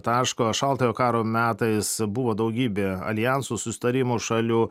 taško šaltojo karo metais buvo daugybė aljanso susitarimų šalių